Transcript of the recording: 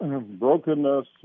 brokenness